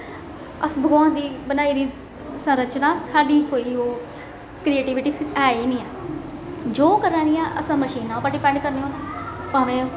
अस भगवान दी बनाई संरचना साड्ढी कोई ओह् क्रेटीविटी ऐ गै नेईं ऐ जो करै दे आं अस मशीना उप्पर डिपैंड करने होन्ने भामें